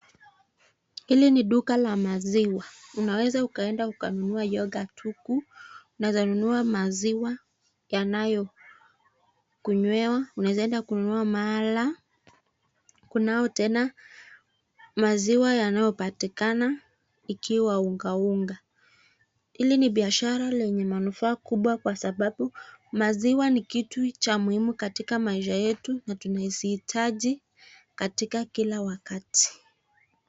Hili ni duka la maziwa. Unaeza ukaenda ukanunua [youghurt] huku. Unaeza nunua maziwa yanayo kunywewa. Unaeza enda kununua mala. Kunayo tena maziwa yanayopatikana ikiwa unga unga. Hili ni biashara lenye manufaa kubwa kwa sababu maziwa ni kitu cha muhimu katika maisha yetu na tunazihitaji katika kwa kila wakati.